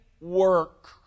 work